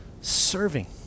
serving